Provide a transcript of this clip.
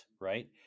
right